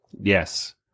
yes